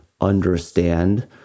understand